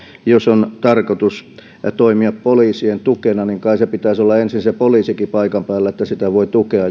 jos on tarkoitus toimia poliisien tukena niin kai sen poliisinkin pitäisi olla ensin paikan päällä niin että joku uusi organisaatio sitä voi tukea